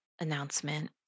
announcement